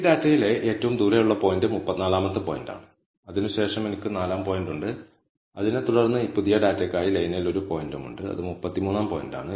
ഈ ഡാറ്റയിലെ ഏറ്റവും ദൂരെയുള്ള പോയിന്റ് 34 ാമത്തെ പോയിന്റാണ് അതിനുശേഷം എനിക്ക് 4 ആം പോയിന്റുണ്ട് അതിനെ തുടർന്ന് ഈ പുതിയ ഡാറ്റയ്ക്കായി ലൈനിൽ ഒരു പോയിന്റും ഉണ്ട് അത് 33 ആം പോയിന്റാണ്